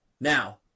Now